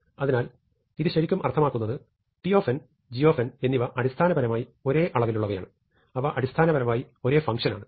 അതിനാൽ ഇത് ശരിക്കും അർത്ഥമാക്കുന്നത് t g എന്നിവ അടിസ്ഥാനപരമായി ഒരേ അളവിലുള്ളവയാണ് അവ അടിസ്ഥാനപരമായി ഒരേ ഫങ്ഷനാണ്